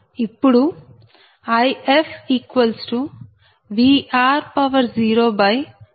ఇప్పుడు IfVr0ZrrZfV30Z3301